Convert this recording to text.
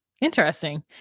interesting